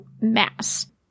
mass